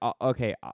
okay